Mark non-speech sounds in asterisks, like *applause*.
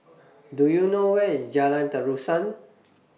*noise* Do YOU know Where IS Jalan Terusan